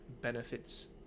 benefits